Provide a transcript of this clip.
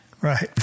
right